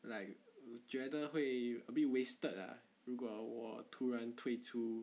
like 我觉得会 a bit wasted lah 如果我突然退出